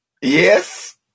yes